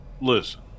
listen